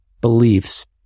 beliefs